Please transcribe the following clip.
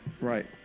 Right